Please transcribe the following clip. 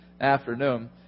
afternoon